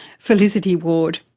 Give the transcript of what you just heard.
felicity ward.